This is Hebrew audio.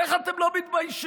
איך אתם לא מתביישים?